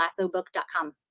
lassobook.com